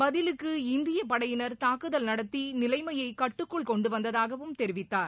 பதிலுக்கு இந்திய படையினர் தாக்குதல் நடத்தி நிலைனமயை கட்டுக்குள் கொண்டுவந்ததாகவும் தெரிவித்தார்